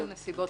נניח,